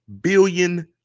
billion